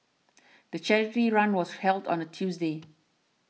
the charity run was held on a Tuesday